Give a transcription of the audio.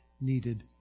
needed